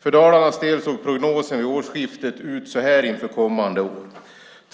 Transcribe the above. För Dalarnas del såg prognosen vid årsskiftet inför kommande år ut